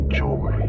joy